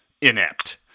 inept